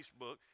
Facebook